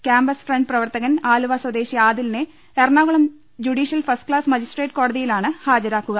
campus front പ്രവർത്തകൻ ആലുവ സ്വദേശി ആദിലിനെ Ernakulam judicial first class magistrate കോടതിയിലാണ് ഹാജരാക്കുക